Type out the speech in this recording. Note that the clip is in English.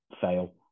fail